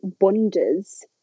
wonders